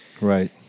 right